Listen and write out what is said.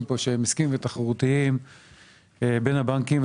פה שהם עסקיים ותחרותיים בין הבנקים.